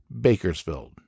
Bakersfield